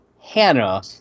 Hannah